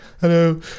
Hello